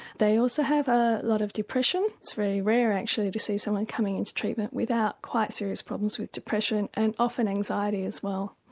they also have a lot of depression. it's very rare actually to see someone coming into treatment without quite serious problems with depression and often anxiety as well.